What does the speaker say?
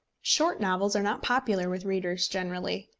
short novels are not popular with readers generally.